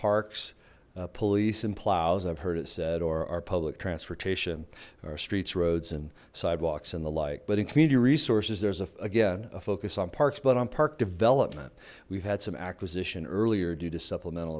parks police and plows i've heard it said or our public transportation our streets roads and sidewalks and the like but in community resources there's a again a focus on parks but on park development we've had some acquisition earlier due to supplemental